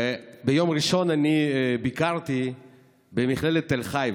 ביום ראשון אני ביקרתי במכללת תל חי.